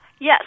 Yes